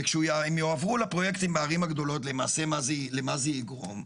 וכשהם יועברו לפרויקטים בערים הגדולות למעשה למה זה יגרום?